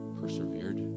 persevered